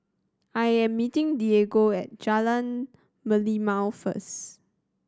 I am meeting Diego at Jalan Merlimau first